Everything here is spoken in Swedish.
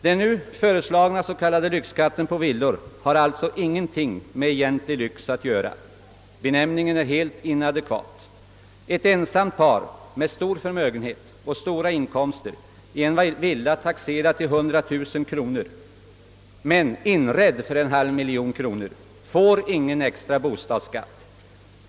Den nu föreslagna s.k. lyxskatten på villor har ingenting med egentlig lyxskatt att göra. Benämningen är helt inadekvat. Ett ensamt par med stor förmögenhet och stora inkomster i en vil la taxerad till 100 000 kronor men inredd för en halv miljon kronor får ingen extra bostadsskatt.